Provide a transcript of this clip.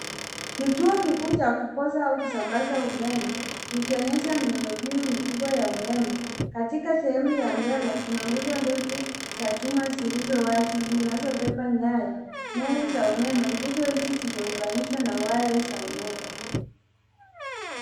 Kituo kikuu cha kupoza au kusambaza umeme ikionyesha miundo mbinu mikubwa ya umeme. Katika sehemu ya mbele kuna nguzo ndefu za chuma zilizo wazi zinazobeba nyaya nene za umeme. Nguzo hizi zimeunganishwa na waya za umeme.